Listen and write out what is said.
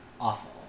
awful